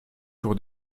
pour